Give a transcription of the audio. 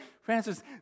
Francis